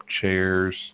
chairs